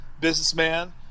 businessman